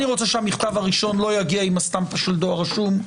אני רוצה שהמכתב הראשון לא יגיע עם החותמת של דואר רשום.